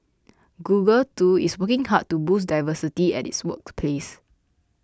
Google too is working hard to boost diversity at its workplace